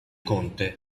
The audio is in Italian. conte